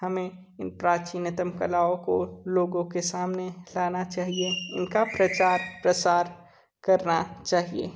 हमें इन प्राचीनतम कलाओं को लोगों के सामने लाना चाहिए इनका प्रचार प्रसार करना चाहिए